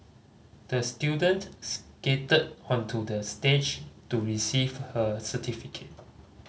the student skated onto the stage to receive her certificate